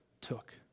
took